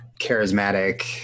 charismatic